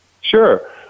Sure